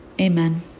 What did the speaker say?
Amen